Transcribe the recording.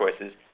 choices